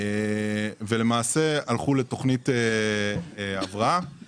העסקה נעשתה אז בארץ על מנת שהמיסים ישולמו בארץ ושהמדינה תרוויח מזה.